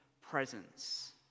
presence